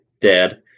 dad